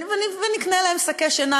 ונקנה להם שקי שינה,